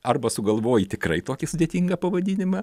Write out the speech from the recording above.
arba sugalvoji tikrai tokį sudėtingą pavadinimą